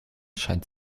scheint